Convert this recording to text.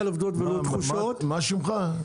מה שמך?